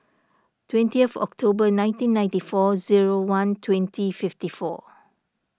twentieth Octorber nineteen ninety four zero one twenty fifty four